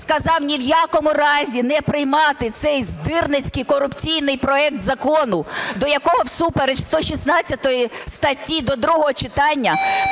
сказав ні в якому разі не приймати цей здирницький корупційний проект закону, до якої всупереч 116 статті, до другого читання